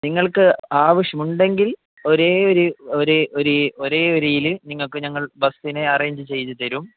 നിങ്ങൾക്ക് ആവശ്യമുണ്ടെങ്കിൽ ഒരേ ഒരു ഒരു ഒരു ഒരേ ഒരു ഇതിൽ നിങ്ങൾക്ക് ഞങ്ങൾ ബസിനെ അറേഞ്ച് ചെയ്തു തരും